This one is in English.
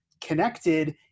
connected